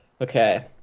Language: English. Okay